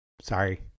sorry